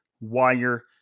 Wire